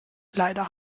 leider